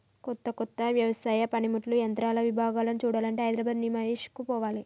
కొత్త కొత్త వ్యవసాయ పనిముట్లు యంత్రాల విభాగాలను చూడాలంటే హైదరాబాద్ నిమాయిష్ కు పోవాలే